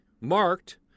marked